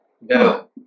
No